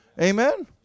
amen